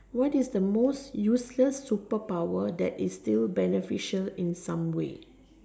what is the most useless super power that is still beneficial in some way